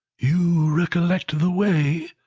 you recollect the way?